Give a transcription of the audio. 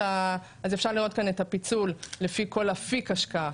אז אפשר לראות כאן את הפיצול לפי כל אפיק השקעה.